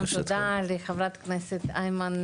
תודה לחברת הכנסת אימאן